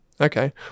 Okay